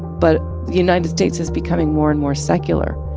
but the united states is becoming more and more secular.